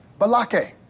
Balake